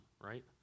right